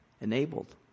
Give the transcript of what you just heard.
enabled